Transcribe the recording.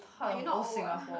oh you're not old ah